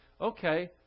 okay